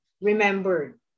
remembered